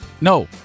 No